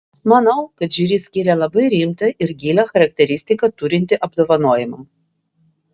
manau kad žiuri skyrė labai rimtą ir gilią charakteristiką turintį apdovanojimą